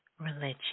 religion